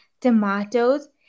tomatoes